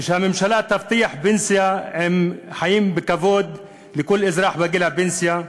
ושהממשלה תבטיח פנסיה עם חיים בכבוד לכל אזרח בגיל הפנסיה.